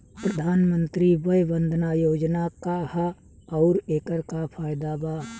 प्रधानमंत्री वय वन्दना योजना का ह आउर एकर का फायदा बा?